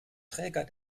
träger